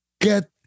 Get